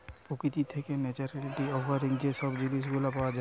প্রকৃতি থেকে naturally occurring যে সব জিনিস গুলা পাওয়া যায়